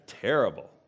terrible